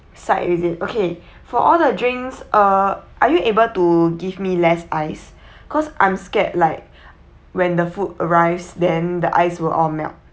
side is it okay for all the drinks uh are you able to give me less ice cause I'm scared like when the food arrives then the ice will all melt